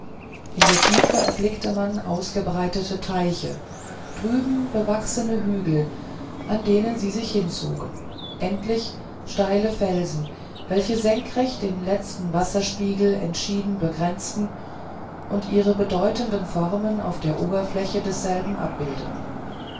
in der tiefe erblickte man ausgebreitete teiche drüben bewachsene hügel an denen sie sich hinzogen endlich steile felsen welche senkrecht den letzten wasserspiegel entschieden begrenzten und ihre bedeutenden formen auf der oberfläche desselben abbildeten